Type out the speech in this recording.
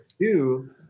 Two